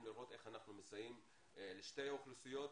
לראות איך אנחנו מסייעים לשתי האוכלוסיות,